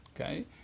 Okay